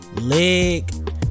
Leg